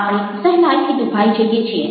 આપણે સહેલાઇથી દુભાઈ જઈએ છીએ